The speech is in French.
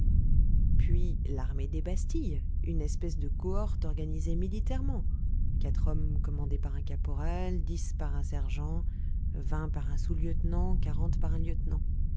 puis l'armée des bastilles une espèce de cohorte organisée militairement quatre hommes commandés par un caporal dix par un sergent vingt par un sous-lieutenant quarante par un lieutenant